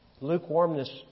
Lukewarmness